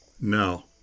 No